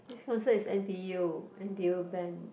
this concert is N_T_U N_T_U band